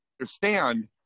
understand